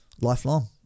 lifelong